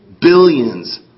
Billions